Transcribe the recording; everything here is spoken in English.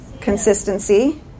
Consistency